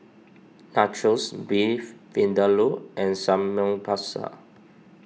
Nachos Beef Vindaloo and Samgyeopsal